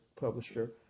publisher